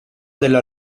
della